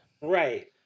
Right